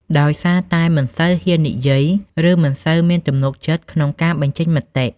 ដោយសារតែមិនសូវហ៊ាននិយាយ ឬមិនសូវមានទំនុកចិត្តក្នុងការបញ្ចេញមតិ។